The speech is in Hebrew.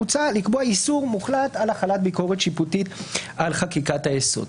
מוצע לקבוע איסור מוחלט על החלת ביקורת שיפוטית על חקיקת היסוד.